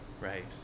right